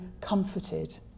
comforted